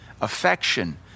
affection